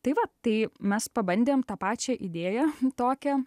tai va tai mes pabandėm tą pačią idėją tokią